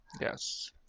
Yes